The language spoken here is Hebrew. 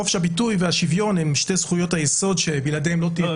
חופש הביטוי והשוויון הן שתי זכויות היסוד שבלעדיהן לא תיתכן -- לא,